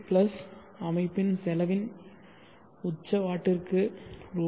plus அமைப்பின் செலவின் இருப்பு உச்ச வாட்டிற்கு ரூ